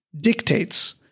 dictates